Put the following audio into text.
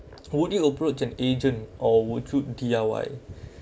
holding approach an agent or would you D_I_Y